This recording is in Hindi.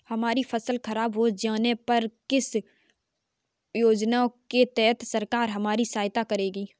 हमारी फसल खराब हो जाने पर किस योजना के तहत सरकार हमारी सहायता करेगी?